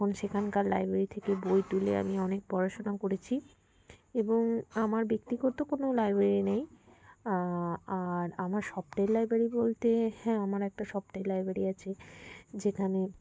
তখন সেখানকার লাইব্রেরি থেকে বই তুলে আমি অনেক পড়াশোনা করেছি এবং আমার ব্যক্তিগত কোনো লাইব্রেরি নেই আর আমার স্বপ্নের লাইব্রেরি বলতে হ্যাঁ আমার একটা স্বপ্নের লাইব্রেরি আছে যেখানে